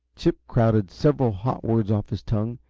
chip crowded several hot words off his tongue,